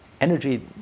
Energy